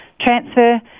transfer